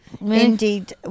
Indeed